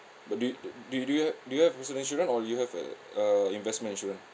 but do do you do you have do you have personal insurance or you have a err investment insurance